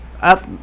up